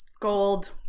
gold